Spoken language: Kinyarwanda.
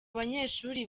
banyeshuri